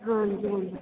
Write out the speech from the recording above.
ਹਾਂਜੀ ਹਾਂਜੀ